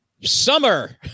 summer